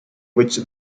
which